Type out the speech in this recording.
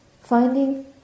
Finding